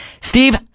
Steve